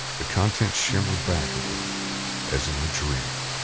the contents shimmer back at him as in a dream.